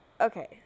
Okay